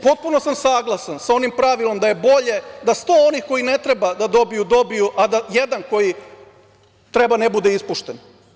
Potpuno sam saglasan sa onim pravilom da je bolje da sto onih koji ne treba da dobiju – dobiju, a da jedan koji treba ne bude ispušten.